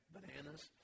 bananas